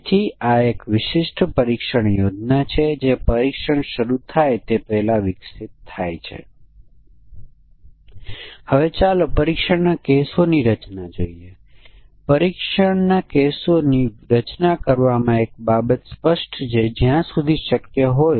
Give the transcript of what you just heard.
તેથી જો આપણે નકારાત્મક પરીક્ષણના કેસોને ધ્યાનમાં લઈશું અને જો આપણે નકારાત્મક પરીક્ષણના કેસો પર પણ વિચાર કરીએ તો આ સમસ્યા માટે બાઉન્ડ્રી વેલ્યુ પરીક્ષણ માટે સાત પરીક્ષણ કેસની જરૂર પડશે